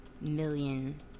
million